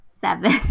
seven